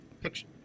picture